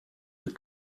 mit